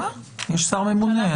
יש שר ממונה.